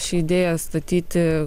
ši idėja statyti